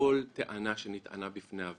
בתוך